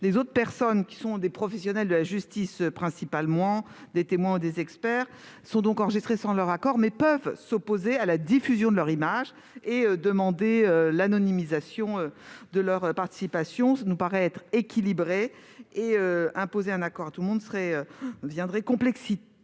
Les autres personnes, qui sont des professionnels de la justice principalement, des témoins ou des experts, sont donc enregistrées sans leur accord, mais peuvent s'opposer à la diffusion de leur image et demander l'anonymisation de leur participation. Le dispositif nous paraît équilibré. Imposer un accord à tout le monde rendrait